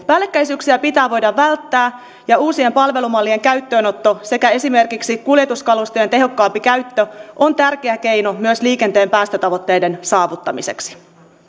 päällekkäisyyksiä pitää voida välttää ja uusien palvelumallien käyttöönotto sekä esimerkiksi kuljetuskalustojen tehokkaampi käyttö on tärkeä keino myös liikenteen päästötavoitteiden saavuttamiseksi